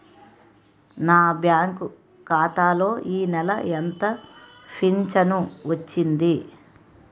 నా బ్యాంక్ ఖాతా లో ఈ నెల ఎంత ఫించను వచ్చింది?